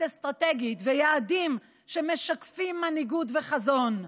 אסטרטגית ויעדים שמשקפים מנהיגות וחזון.